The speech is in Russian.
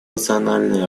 национальная